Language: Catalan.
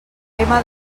tema